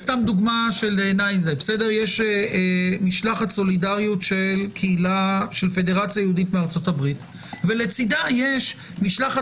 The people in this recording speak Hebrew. יש משלחת סולידריות של פדרציה יהודית מארצות הברית ולצידה יש משלחת